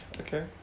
okay